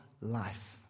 life